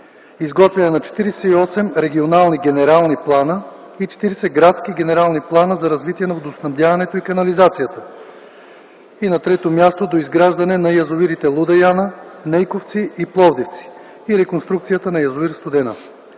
изготвяне на 48 регионални генерални плана и 40 градски генерални плана за развитие на водоснабдяването и канализацията; доизграждане на язовирите „Луда Яна”, „Нейковци” и „Пловдивци” и реконструкцията на язовир „Студена”.